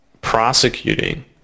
prosecuting